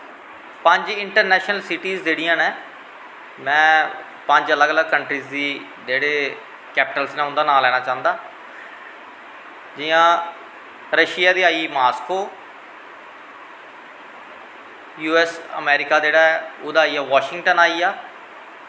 पंज international cities जेह्ड़ियां नै में पंज अलग अलग कंट्रीस दी जेह्ड़े कैपिटल्स नै उं'दा नांऽ लैना चांह्दा जि'यां रशिया दी आई मास्को फ्ही अमैरिका जेह्ड़ी ऐ बाशिंगटन आई गेआ